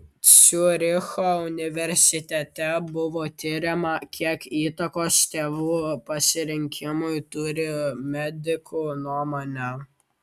ciuricho universitete buvo tiriama kiek įtakos tėvų pasirinkimui turi medikų nuomonė